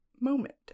moment